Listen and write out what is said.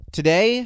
today